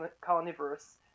carnivorous